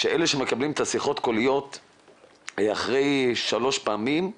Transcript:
שאלה שמקבלים את השיחות הקוליות אחרי שלוש פעמים,